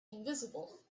invisible